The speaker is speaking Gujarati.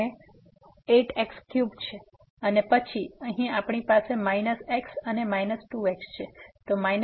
તો 8 x ક્યુબ છે અને પછી અહીં આપણી પાસે માઇનસ x અને માઈનસ 2 x છે